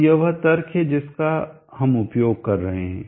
तो यह वह तर्क है जिसका हम उपयोग कर रहे हैं